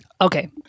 Okay